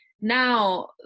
Now